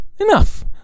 enough